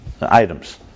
items